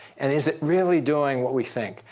and is it really doing what we think?